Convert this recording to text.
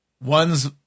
one's